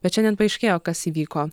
bet šiandien paaiškėjo kas įvyko